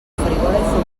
farigola